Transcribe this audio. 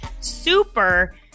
super